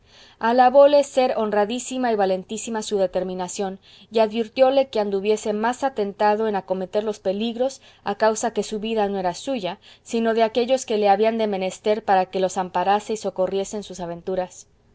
alabóle ser honradísima y valentísima su determinación y advirtióle que anduviese más atentado en acometer los peligros a causa que su vida no era suya sino de todos aquellos que le habían de menester para que los amparase y socorriese en sus desventuras